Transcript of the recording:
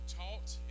taught